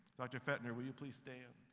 dr. pfaendtner, would you please stand?